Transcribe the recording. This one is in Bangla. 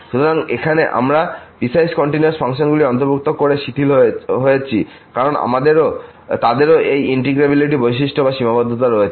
সুতরাং এখানেই আমরা পিসওয়াইস কন্টিনিউয়াস ফাংশনগুলি অন্তর্ভুক্ত করতে শিথিল হয়েছি কারণ তাদেরও এই ইন্টিগ্রেবিলিটি বৈশিষ্ট্য এবং সীমাবদ্ধতা রয়েছে